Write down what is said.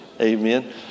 amen